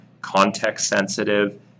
context-sensitive